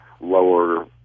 lower